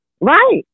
right